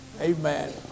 amen